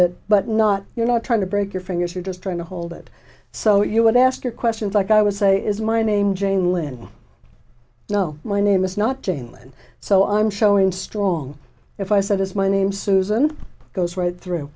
it but not you know trying to break your fingers you're just trying to hold it so you would ask your questions like i would say is my name jane lynn no my name is not jane so i'm showing strong if i said as my name susan goes right through